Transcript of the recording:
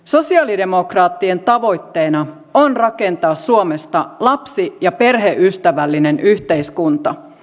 sosialidemokraattien tavoitteena on rakentaa suomesta lapsi ja perheystävällinen yhteiskunta